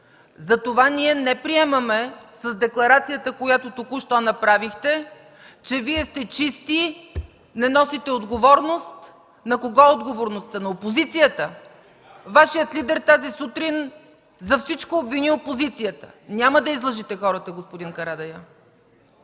Затова ние не приемаме, с декларацията, която току-що направихте, че Вие сте чисти, не носите отговорност. На кого е отговорността? На опозицията?! РЕПЛИКИ ОТ ДПС: Да. ЦЕЦКА ЦАЧЕВА: Вашият лидер тази сутрин за всичко обвини опозицията. Няма да излъжете хората, господин Карадайъ!